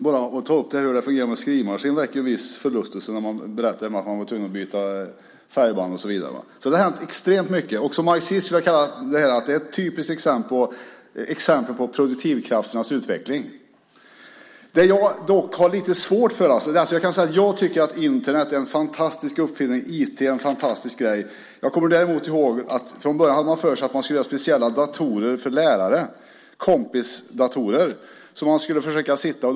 Bara att ta upp hur en skrivmaskin fungerar väcker viss förlustelse när man berättar hur man var tvungen att byta färgband och så vidare. Det har alltså hänt extremt mycket. Som marxist vill jag kalla det här för ett typiskt exempel på produktivkrafternas utveckling. Jag tycker att Internet och IT är fantastiska uppfinningar. Från början hade man för sig att man skulle göra speciella datorer för lärare, kompisdatorer, som man skulle försöka sitta med.